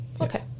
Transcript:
Okay